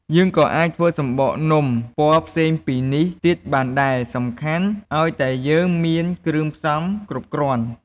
យើងក៏អាចធ្វើសំបកនំ ពណ៌ផ្សេងពីនេះទៀតបានដែរ សំខាន់ឱ្យតែយើងមានគ្រឿងផ្សំគ្រប់គ្រាន់។